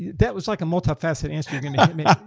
yeah that was like a multifaceted answer, you're going yeah yeah